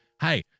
Hey